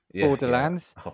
borderlands